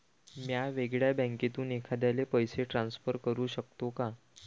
म्या वेगळ्या बँकेतून एखाद्याला पैसे ट्रान्सफर करू शकतो का?